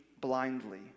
blindly